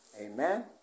Amen